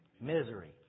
Misery